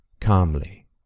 calmly